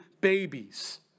babies